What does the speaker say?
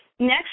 Next